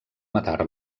matar